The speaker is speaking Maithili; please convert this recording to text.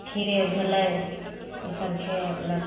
खीरे भेलै ई सबके लोक